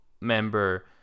member